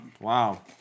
Wow